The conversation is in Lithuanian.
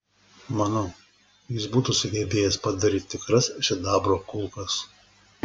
manau jis būtų sugebėjęs padaryti tikras sidabro kulkas